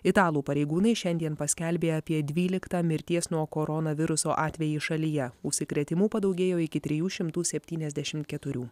italų pareigūnai šiandien paskelbė apie dvyliktą mirties nuo koronaviruso atvejį šalyje užsikrėtimų padaugėjo iki trijų šimtų septyniasdešimt keturių